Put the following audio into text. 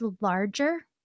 larger